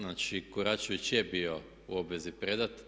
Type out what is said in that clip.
Znači, Koračević je bio u obvezi predati.